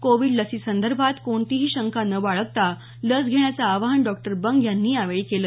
Covid लसीसंदर्भात कोणतीही शंका न बाळगता लस घेण्याचं आवाहन डॉ बंग यांनी यावेळी केलं